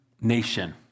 nation